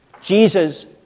Jesus